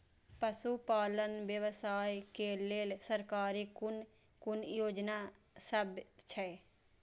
पशु पालन व्यवसाय के लेल सरकारी कुन कुन योजना सब छै?